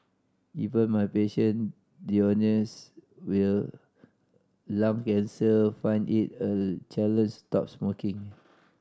even my patient diagnose will lung cancer find it a challenge stop smoking